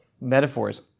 metaphors